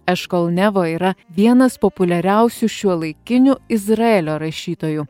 eškol nevo yra vienas populiariausių šiuolaikinių izraelio rašytojų